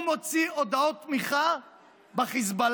הוא מוציא הודעות תמיכה בחיזבאללה.